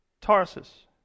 Tarsus